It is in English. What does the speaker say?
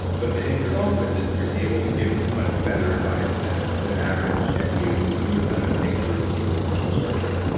but the end result of it is you're able to give much better advice than than average. and you you will know how to think through because you were forced to structure it.